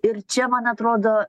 ir čia man atrodo